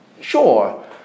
sure